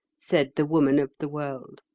said the woman of the world.